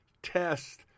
Test